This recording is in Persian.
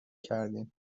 کردیم